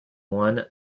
one